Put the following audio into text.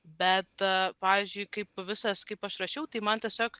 bet pavyzdžiui kaip visas kaip aš rašiau tai man tiesiog